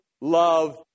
love